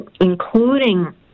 including